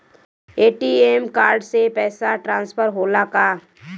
ATM card से पैसा transfer होला का?